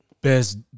Best